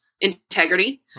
integrity